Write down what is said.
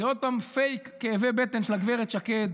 זה עוד פעם פייק כאבי בטן של הגב' שקד.